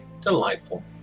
Delightful